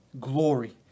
glory